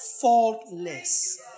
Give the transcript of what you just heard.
Faultless